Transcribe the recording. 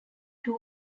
two